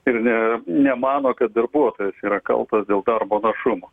ir nė nemano kad darbuotojas yra kaltas dėl darbo našumo